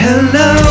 Hello